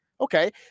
okay